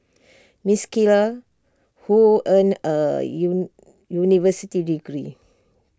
miss Keller who earned A you university degree